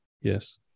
yes